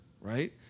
right